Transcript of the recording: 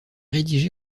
rédigée